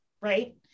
right